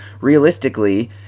realistically